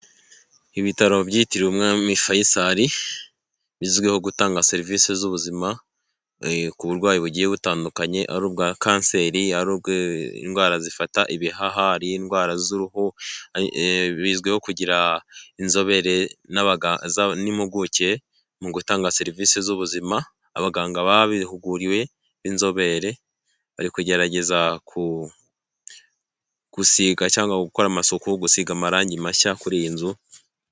Ibitaro byitiriwe umwami Faisal bizwiho gutanga serivisi z'ubuzima ku burwayi bugiye butandukanye,, ari ubwa kanseri ari indwara zifata ibihaha, indwara z'uruhu, bizwiho kugira inzobere n'impuguke mu gutanga serivisi z'ubuzima, abaganga babihuguriwe b'inzobere bari kugerageza gusiga cyangwa gukora amasuku, gusiga amarangi mashya kuri iyi nzu.